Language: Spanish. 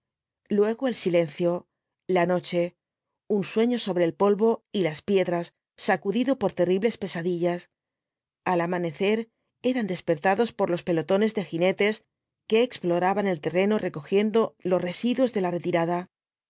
luego el silencio la noche un sueño sobre el polvo y las piedras sacudido por terribles pesadillas al amanecer eran despertados por los pelotones de jinetes que exploraban el terreno recogiendo los residuos de la retirada